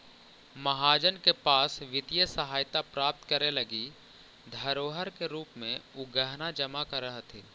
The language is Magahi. महाजन के पास वित्तीय सहायता प्राप्त करे लगी धरोहर के रूप में उ गहना जमा करऽ हथि